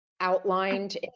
outlined